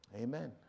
Amen